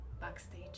backstage